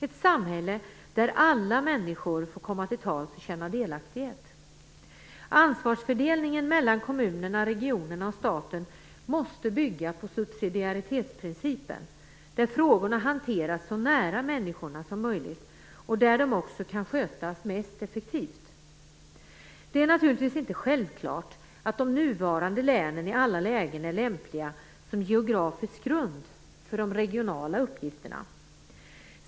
Ett samhälle där alla människor får komma till tals och känna delaktighet. Ansvarsfördelningen mellan kommunerna, regionerna och staten måste bygga på subsidiaritetsprincipen, där frågorna hanteras så nära människorna som möjligt och också kan skötas mest effektivt. Det är naturligtvis inte självklart att de nuvarande länen i alla lägen är lämpliga som geografisk grund för de regionala uppgifterna.